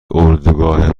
اردوگاه